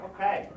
Okay